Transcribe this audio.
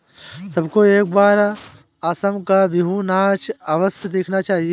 सबको एक बार असम का बिहू नाच अवश्य देखना चाहिए